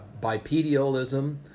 bipedialism